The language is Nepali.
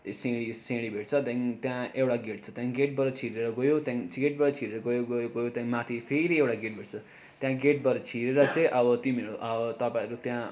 सिँडी सिँडी भेट्छ त्यहाँदेखि त्यहाँ एउटा गेट छ त्यहाँदेखि गेटबाट छिरेर गयो त्यहाँदेखि गेटबाट छिरेर गयो गयो गयो त्यहाँदेखि माथि फेरि एउटा गेट भेट्छ त्यहाँ गेटबाट छिरेर चाहिँ अब तिम्रो अब तपाईँहरूको त्यहाँ